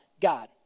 God